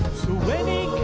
when he